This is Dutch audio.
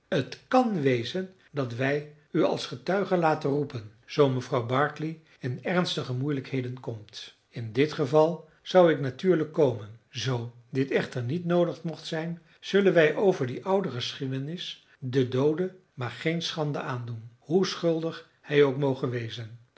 het kan wezen dat wij u als getuige laten roepen zoo mevrouw barclay in ernstige moeilijkheden komt in dit geval zou ik natuurlijk komen zoo dit echter niet noodig mocht zijn zullen wij over die oude geschiedenis den doode maar geen schande aandoen hoe schuldig hij ook moge wezen